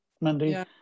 mandy